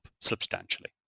substantially